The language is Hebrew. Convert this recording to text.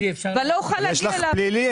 ואני לא אוכל להגיע אליו.